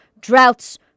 droughts